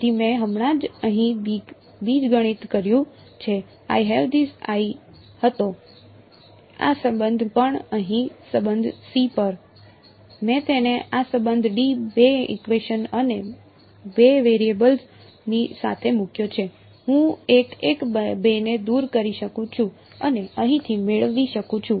તેથી મેં હમણાં જ અહીં બીજગણિત કર્યું છે I have these I હતો આ સંબંધ પણ અહીં સંબંધ c પર મેં તેને આ સંબંધ d બે ઇકવેશન અને બે વેરીએબલ્સ ની સાથે મૂક્યો છે હું એક એક બેને દૂર કરી શકું છું અને અહીંથી મેળવી શકું છું